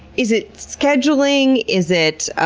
is it scheduling? is it